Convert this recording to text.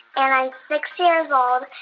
and i'm six years old.